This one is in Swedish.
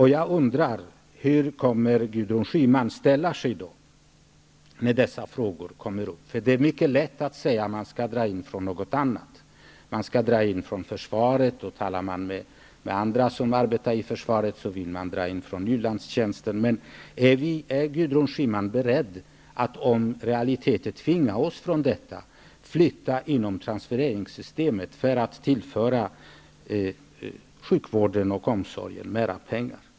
Hur kommer Gudrun Schyman att ställa sig till dessa frågor? Det är mycket lätt att säga att pengar skall dras in från något annat, t.ex. försvaret. Talar man med dem som arbetar i försvaret vill de att pengar skall dras in från u-landstjänster, osv. Är Gudrun Schyman beredd att, om realiteter tvingar oss till detta, flytta om inom transfereringssystemet för att tillföra sjukvården och omsorgen mera pengar?